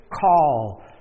call